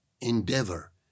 endeavor